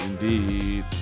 Indeed